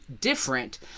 different